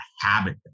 habit